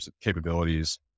capabilities